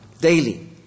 Daily